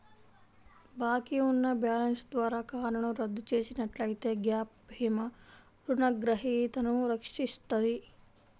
బాకీ ఉన్న బ్యాలెన్స్ ద్వారా కారును రద్దు చేసినట్లయితే గ్యాప్ భీమా రుణగ్రహీతను రక్షిస్తది